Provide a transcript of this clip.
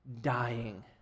dying